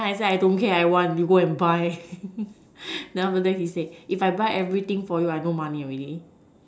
then I say I don't care I want you go and buy then after that he say if I buy everything for you I no money already